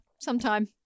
sometime